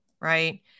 right